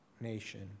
nation